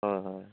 হয় হয়